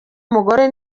umugore